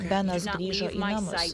benas grįžo į namus